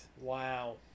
Wow